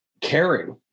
caring